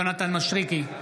יונתן מישרקי,